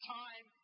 time